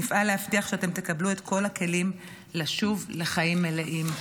נפעל להבטיח שאתם תקבלו את כל הכלים לשוב לחיים מלאים.